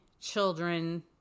children